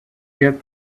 get